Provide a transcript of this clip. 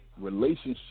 relationship